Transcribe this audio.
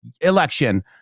election